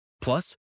Plus